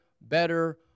better